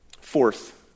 Fourth